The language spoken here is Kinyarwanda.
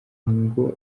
ngo